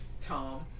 Tom